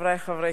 חוק ומשפט,